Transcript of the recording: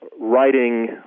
writing